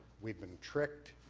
we've been tricked,